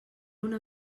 una